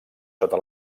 sota